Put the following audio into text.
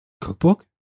Cookbook